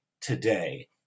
today